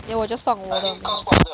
then 我 just 放我的名